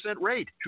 rate